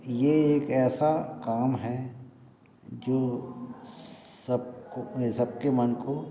यह एक ऐसा काम है जो सबको सबके मन को